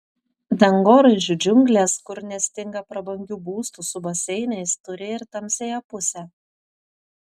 dangoraižių džiunglės kur nestinga prabangių būstų su baseinais turi ir tamsiąją pusę